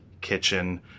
Kitchen